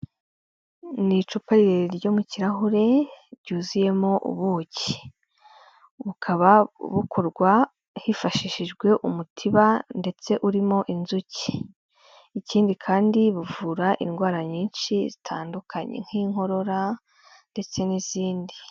Mu icupa rirerire ryo mu kirahure ryuzuyemo ubuki, bukaba bukorwa hifashishijwe umutiba ndetse urimo inzuki, ikindi kandi buvura indwara nyinshi zitandukanye, nk'inkorora ndetse n'izindi.